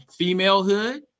femalehood